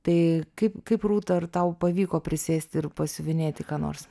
tai kaip kaip rūta ar tau pavyko prisėsti ir pasiuvinėti ką nors